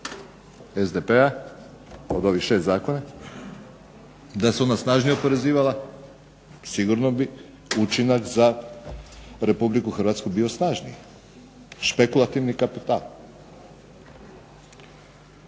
SDP-a od ovih 6 zakona, da se ona snažnije oporezivala, sigurno bi učinak za RH bio snažniji, špekulativni kapital.